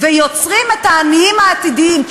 ויוצרים את העניים העתידיים.